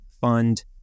fund